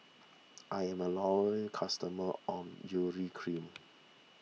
I'm a loyal customer of Urea Cream